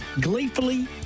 gleefully